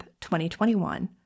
2021